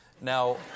Now